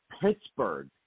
Pittsburgh